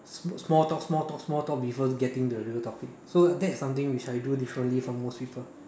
small talk small talk small talk before getting to the real topic so that's something which I do differently from most people